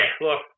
look